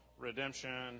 redemption